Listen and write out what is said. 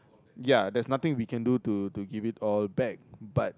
ya there is nothing we can do to to give it all back but